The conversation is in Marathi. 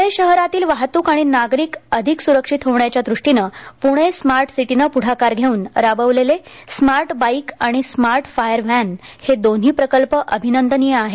पुणे शहरातील वाहतूक आणि नागरिक अधिक सुरक्षित होण्याच्या दृष्टीने पुणे स्मार्ट सिटीने प्ढाकार घेऊन राबविलेले स्मार्ट बाईक आणि स्मार्ट फायर व्हॅन या दोन्ही प्रकल्प अभिनंदनीय आहेत